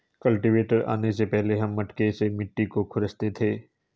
cultivator आने से पहले हम मटके से मिट्टी को खुरंचते थे